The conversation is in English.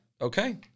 Okay